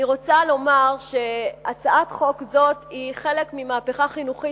אני רוצה לומר שהצעת חוק זו היא חלק ממהפכה חינוכית,